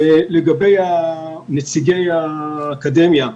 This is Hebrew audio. לגבי נציגי האקדמיה,